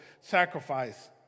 sacrifice